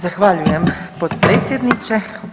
Zahvaljujem potpredsjedniče.